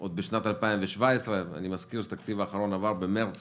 עוד בשנת 2017. אני מזכיר שהתקציב האחרון עבר במרץ